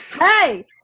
Hey